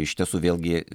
iš tiesų vėlgi